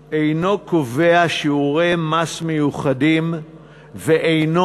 מוסף אינו קובע שיעורי מס מיוחדים ואינו